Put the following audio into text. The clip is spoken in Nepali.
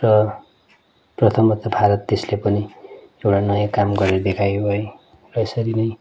र प्रथमतः भारत देशले पनि एउटा नयाँ काम गरेर देखायो है र यसरी नै